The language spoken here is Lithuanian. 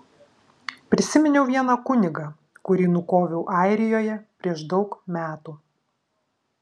prisiminiau vieną kunigą kurį nukoviau airijoje prieš daug metų